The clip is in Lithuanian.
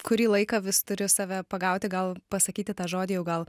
kurį laiką vis turiu save pagauti gal pasakyti tą žodį jau gal